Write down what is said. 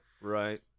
Right